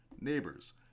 neighbors